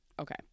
Okay